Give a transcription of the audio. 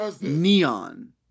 neon